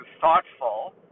thoughtful